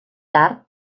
tard